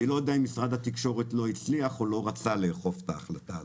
ואני לא יודע אם משרד התקשורת לא הצליח או לא רצה לאכוף את ההחלטה הזאת.